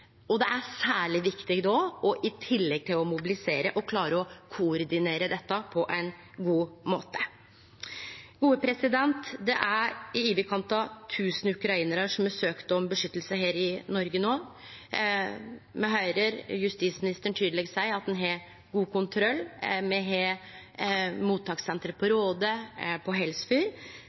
Det er særleg viktig då, i tillegg til å mobilisere, at ein klarer å koordinere dette på ein god måte. Det er i overkant av tusen ukrainarar som har søkt om beskyttelse i Noreg no. Me høyrer justisministeren tydeleg seie at ein har god kontroll. Me har mottakssenter på Råde og på Helsfyr,